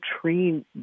train